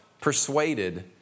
persuaded